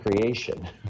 creation